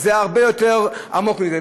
זה הרבה יותר עמוק מזה.